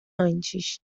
antes